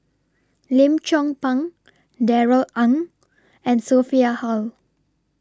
Lim Chong Pang Darrell Ang and Sophia Hull